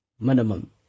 Minimum